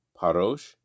Parosh